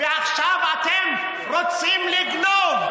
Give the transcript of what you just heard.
ועכשיו אתם רוצים לגנוב.